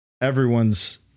everyone's